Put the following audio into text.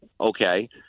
Okay